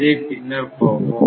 இதை பின்னர் பார்ப்போம்